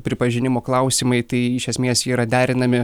pripažinimo klausimai tai iš esmės yra derinami